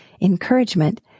encouragement